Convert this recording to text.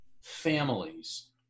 families